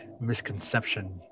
misconception